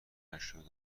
هشتاد